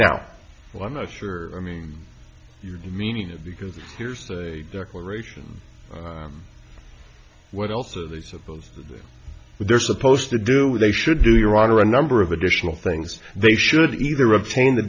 now well i'm not sure i mean you're meaning it because here's a declaration what else are they supposed that they're supposed to do what they should do your honor a number of additional things they should either obtain the